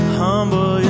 humble